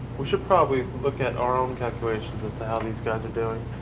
we should probably look at our own calculations as to how these guys are doing.